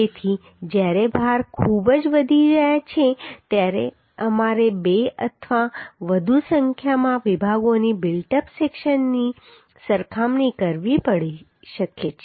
તેથી જ્યારે ભાર ખૂબ જ વધી જાય છે ત્યારે અમારે બે અથવા વધુ સંખ્યામાં વિભાગોની બિલ્ટ અપ સેક્શનની સરખામણી કરવી પડી શકે છે